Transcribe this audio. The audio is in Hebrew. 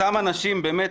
אותם אנשים באמת,